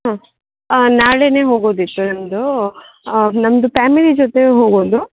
ಹಾಂ ನಾಳೆನೇ ಹೋಗೋದಿತ್ತು ನಮ್ದು ನಮ್ದು ಪ್ಯಾಮಿಲಿ ಜೊತೆ ಹೋಗೋದು